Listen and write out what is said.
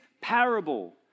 parable